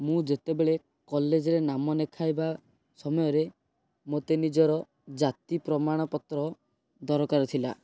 ମୁଁ ଯେତେବେଳେ କଲେଜରେ ନାମ ଲେଖାଇବା ସମୟରେ ମୋତେ ନିଜର ଜାତି ପ୍ରମାଣପତ୍ର ଦରକାର ଥିଲା